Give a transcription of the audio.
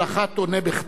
על אחת הוא עונה בכתב,